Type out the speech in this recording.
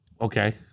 Okay